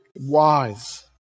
wise